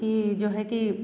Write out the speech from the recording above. कि जो है कि